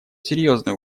серьезные